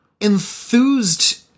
enthused